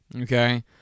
okay